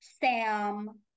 Sam